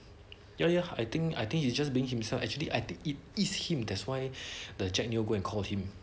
ya ya I think I think he's just being himself actually I think is him that's why the jack neo go and call him